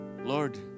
Lord